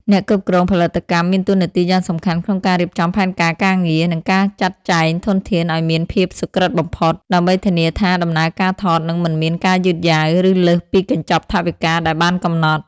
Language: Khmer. អ្នកគ្រប់គ្រងផលិតកម្មមានតួនាទីយ៉ាងសំខាន់ក្នុងការរៀបចំផែនការការងារ និងការចាត់ចែងធនធានឱ្យមានភាពសុក្រឹតបំផុត ដើម្បីធានាថាដំណើរការថតនឹងមិនមានការយឺតយ៉ាវ ឬលើសពីកញ្ចប់ថវិកាដែលបានកំណត់។